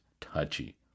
touchy